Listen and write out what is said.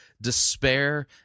despair